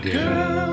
Girl